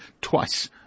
twice